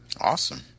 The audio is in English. Awesome